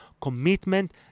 commitment